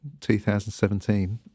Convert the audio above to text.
2017